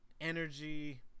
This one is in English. energy